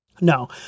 No